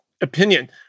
opinion